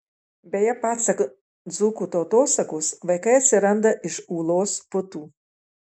beje pasak dzūkų tautosakos vaikai atsiranda iš ūlos putų